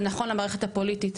זה נכון למערכת הפוליטית,